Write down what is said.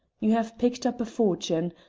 you have picked up a fortune.